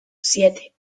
siete